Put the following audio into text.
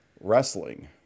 Wrestling